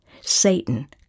Satan